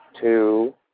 Two